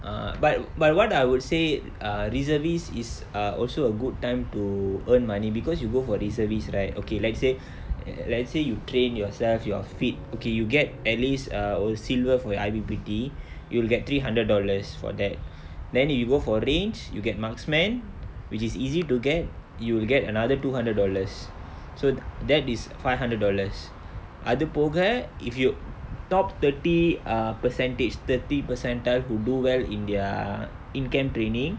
err but but what I would say uh reservist is uh also a good time to earn money because you go for reservist right okay let's say let's say you train yourself you're fit okay you get at least uh oh silver for your I_P_P_T you'll get three hundred dollars for that then if you go for range you get marksmen which is easy to get you'll get another two hundred dollars so that is five hundred dollars அது போக:athu poga if you top thirty ah percentage thirty percentile who do well in their in camp training